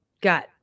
got